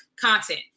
content